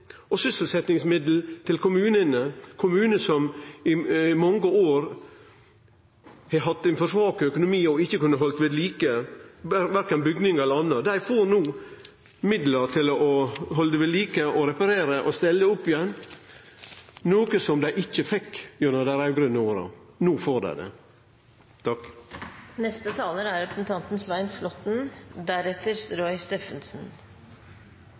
og sysselsetjingsmidlar til kommunane. Kommunane, som i mange år har hatt ein for svak økonomi og ikkje har kunne halde ved like verken bygningar eller anna, får no midlar til å halde ved like, reparere og stille opp igjen, noko som dei ikkje fekk gjennom dei raud-grøne åra. No får dei det.